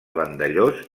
vandellòs